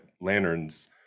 lanterns